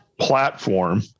platform